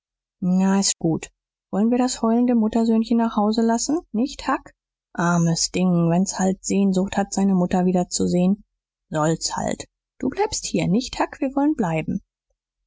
na s ist gut wollen wir das heulende muttersöhnchen nach haus lassen nicht huck armes ding wenn's halt sehnsucht hat seine mutter wiederzusehen soll's halt du bleibst hier nicht huck wir wollen bleiben